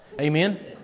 Amen